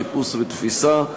חיפוש ותפיסה),